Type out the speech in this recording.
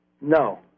no